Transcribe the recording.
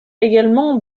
également